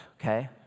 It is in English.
Okay